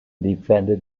defended